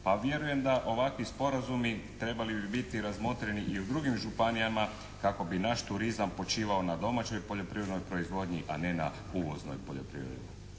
Pa vjerujem da ovakvi sporazumi trebali bi biti razmotreni i u drugim županijama kako bi naš turizam počivao na domaćoj poljoprivrednoj proizvodnji, a ne na uvoznoj poljoprivredi.